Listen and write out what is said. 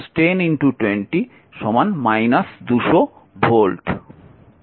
এবং v2 10 i2